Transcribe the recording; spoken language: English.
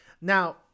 Now